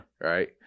right